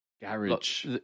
garage